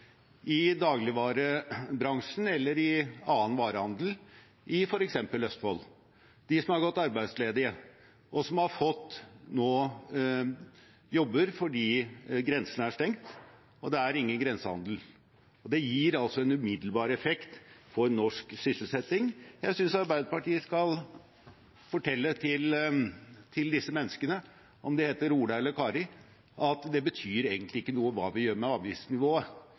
i dagligvarebransjen eller i annen varehandel i f.eks. Østfold, til dem som har gått arbeidsledige, og som nå har fått jobb fordi grensen er stengt og det ikke er noen grensehandel. Det gir altså en umiddelbar effekt for norsk sysselsetting. Jeg synes Arbeiderpartiet skal fortelle disse menneskene, om de heter Ola eller Kari, at det egentlig ikke betyr noe hva vi gjør med avgiftsnivået,